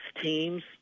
teams